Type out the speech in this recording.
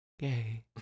gay